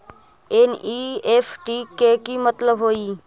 NEFT के कि मतलब होइ?